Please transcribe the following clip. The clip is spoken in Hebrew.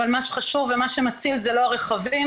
אבל מה שחשוב ומה שמציל זה לא הרכבים,